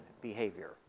behavior